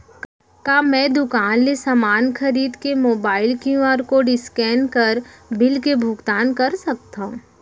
का मैं दुकान ले समान खरीद के मोबाइल क्यू.आर कोड स्कैन कर बिल के भुगतान कर सकथव?